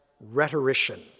rhetorician